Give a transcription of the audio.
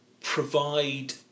provide